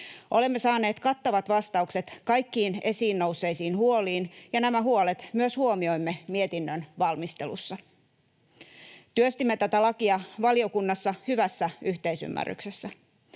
Olemme saaneet kattavat vastaukset kaikkiin esiin nousseisiin huoliin, ja nämä huolet myös huomioimme mietinnön valmistelussa. Työstimme tätä lakia valiokunnassa hyvässä yhteisymmärryksessä.